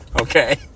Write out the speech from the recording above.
okay